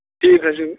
ٹھیٖک حظ چھِ